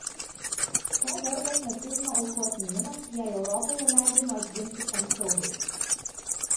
ko vertas nacizmo aukų atminimas jei europoje leidžiama atgimti šiam siaubui